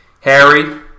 Harry